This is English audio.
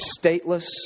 stateless